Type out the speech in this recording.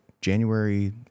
January